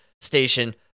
station